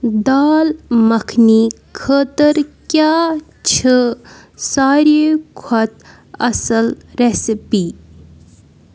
دال مَکھنِی خٲطرٕ کیٛاہ چھِ ساروی کھۄتہٕ اَصٕل رٮ۪سِپی